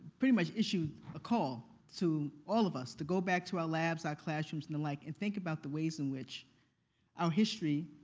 pretty much issued a call to all of us to go back to our labs, our classrooms and the like and think about the ways in which our history,